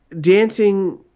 dancing